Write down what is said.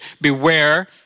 beware